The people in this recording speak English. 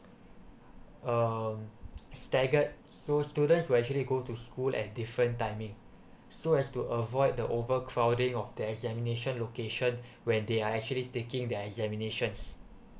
um staggered so students will actually go to school at different timing so as to avoid the overcrowding of their examination location when they are actually taking their examinations